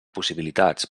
possibilitats